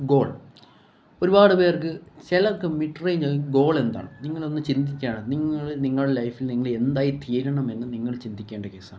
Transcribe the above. goal ഒരുപാട് പേർക്ക് ചിലർക്ക് മിഡ് റേഞ്ചാണ് ഗോളെന്താണ് നിങ്ങളതൊന്നു ചിന്തിക്കുകയാണ് നിങ്ങള് നിങ്ങളെ ലൈഫിൽ നിങ്ങളെന്തായിത്തീരണം എന്ന് നിങ്ങള് ചിന്തിക്കേണ്ട കേസാണ്